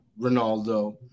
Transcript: Ronaldo –